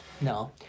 No